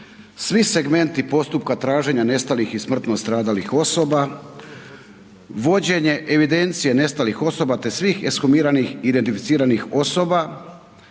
svi segmenti postupka traženja nestalih i smrtno stradalih osoba, vođenje evidencije nestalih osoba te svih ekshumiranih i identificiranih osoba,